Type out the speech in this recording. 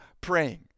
praying